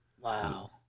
Wow